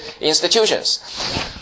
institutions